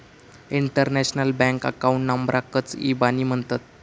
international bank account नंबराकच इबानी म्हणतत